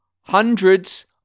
hundreds